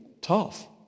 tough